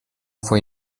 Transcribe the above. fue